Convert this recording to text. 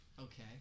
Okay